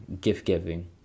gift-giving